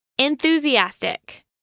enthusiastic